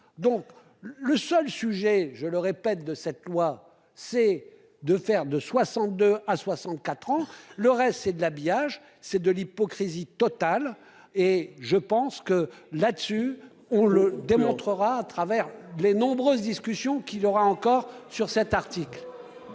Donc le seul sujet, je le répète de cette loi c'est de faire de 62 à 64 ans, le reste c'est de l'habillage c'est de l'hypocrisie totale. Et je pense que là-dessus dessus on le démontrera à travers les nombreuses discussions qu'il aura encore sur cet article.